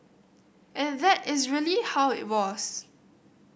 and that is really how it was